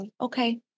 Okay